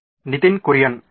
ನಿತಿನ್ ಕುರಿಯನ್ ಅರ್ಜಿ